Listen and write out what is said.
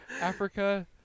africa